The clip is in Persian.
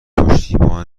پشتیبان